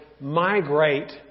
migrate